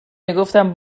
میگفتم